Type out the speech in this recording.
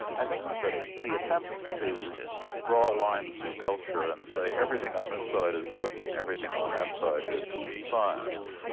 i think that the attempt to draw a line through culture and say everything on this side is religion, everything on that side is science,